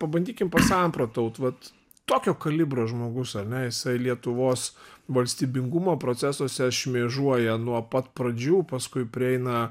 pabandykim pasamprotaut vat tokio kalibro žmogus ar ne jisai lietuvos valstybingumo procesuose šmėžuoja nuo pat pradžių paskui prieina